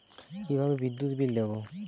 কিভাবে বিদ্যুৎ বিল দেবো?